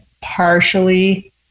partially